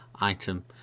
item